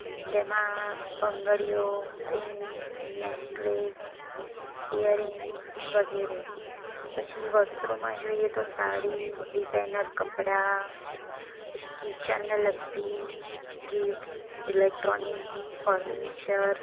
જેમાં બંગડીઓ rings necklace earrings વગેરે પછી વસ્ત્રોમાં જોઈએ તો સાડી ડિઝાઇનર કપડાં પછી કિચનને લગતી ગિફ્ટ્સ ઇલેક્ટ્રોનિક્સ ફર્નિચર